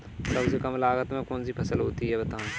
सबसे कम लागत में कौन सी फसल होती है बताएँ?